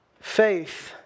Faith